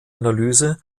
analyse